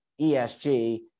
ESG